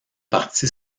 parti